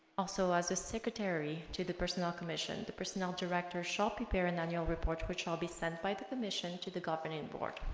also as a secretary to the personnel commission the personnel director shall prepare an annual report which shall be sent by the commission to the governing board